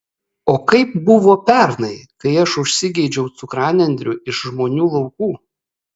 o kaip buvo pernai kai aš užsigeidžiau cukranendrių iš žmonių laukų